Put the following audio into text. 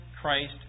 Christ